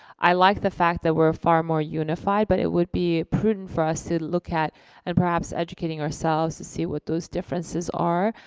i like the fact that we're far more unified, but it would be prudent for us to look at and perhaps educating ourselves to see what those differences are.